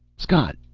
scott!